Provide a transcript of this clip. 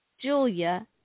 Julia